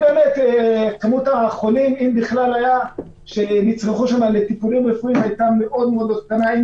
כמות החולים שנצרכו שם לטיפול רפואי הייתה מאוד קטנה,